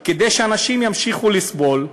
כדי שאנשים יפסיקו לסבול.